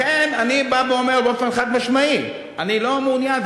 לכן אני בא ואומר באופן חד-משמעי: אני לא מעוניין.